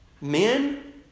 Men